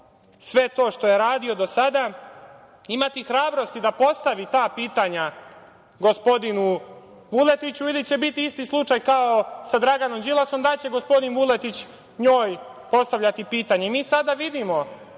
sve to što je radio do sada imati hrabrosti da postavi ta pitanja gospodinu Vuletiću ili će biti isti slučaj kao sa Draganom Đilasom, da će gospodin Vuletić njoj postavljati pitanje. Mi sada vidimo